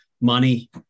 money